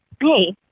Hey